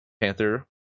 Panther